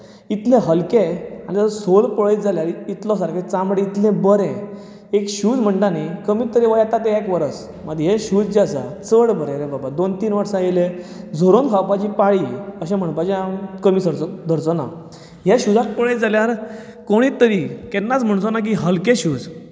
इतले हलके आनी ताचो सॉल पळयत जाल्यार इतलो सारकी चामडी इतलें बरें एक शूज म्हणटात न्ही कमीत तर येता ते एक वर्स हे शूज जे आसा चड बरे रे बाबा दोन तीन वर्सां येले झरोवन खावपाची पाळी अशें म्हणपाचें हांव कमी धरचो ना हे शुजाक पळयत जाल्यार कोणय तरी केन्नाच म्हणचो ना हलके शूज